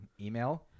Email